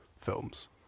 films